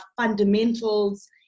fundamentals